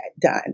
done